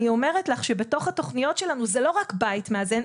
אני אומרת לך שבתוך התוכניות שלנו זה לא רק בית מאזן,